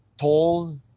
tall